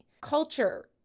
Culture